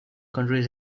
countries